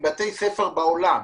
מבתי ספר בעולם.